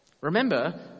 Remember